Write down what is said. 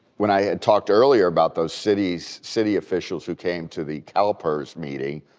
when i had talked earlier about those city so city officials who came to the calpers meeting,